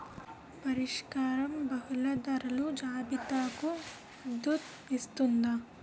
పరిష్కారం బహుళ ధరల జాబితాలకు మద్దతు ఇస్తుందా?